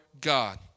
God